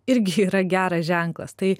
irgi yra geras ženklas tai